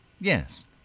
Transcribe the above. Yes